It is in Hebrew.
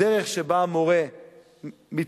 הדרך שבה המורה מתנהל,